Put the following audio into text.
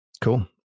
Cool